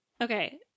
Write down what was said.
Okay